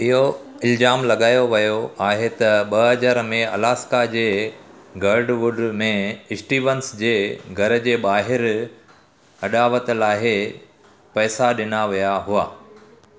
इहो इल्ज़ामु लॻायो वियो आहे त ॿ हज़ार में अलास्का जे गर्डवुड में स्टीवंस जे घर जी ॿाहिरि अॾावत लाइ पैसा ॾिना विया हुआ